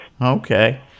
Okay